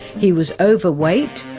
he was overweight,